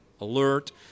alert